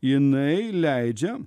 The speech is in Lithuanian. jinai leidžia